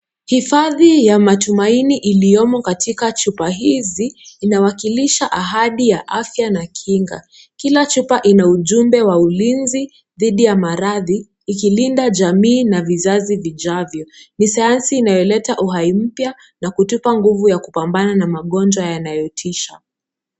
Hifadhi ya matumaini iliyomo katika chupa hizi inawakilisha ahadi ya afya na kinga. Kila chupa ina ujumbe wa ulinzi dhidi ya maradhi ikilinda jamii na vizazi vijavyo. Ni sayansi inayoleta uhai mpya na kutupa nguvu ya kupambana na magonjwa yanayotisha.